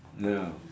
ya